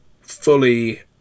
fully